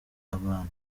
abana